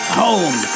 home